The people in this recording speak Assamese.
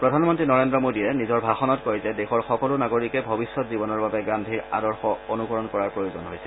প্ৰধানমন্তী নৰেন্দ্ৰ মোদীয়ে নিজৰ ভাষণত কয় যে দেশৰ সকলো নাগৰিকে ভৱিষ্যৎ জীৱনৰ বাবে গান্ধীৰ আদৰ্শ অনুকৰণ কৰাৰ প্ৰয়োজন হৈছে